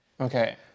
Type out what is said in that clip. okay